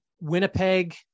Winnipeg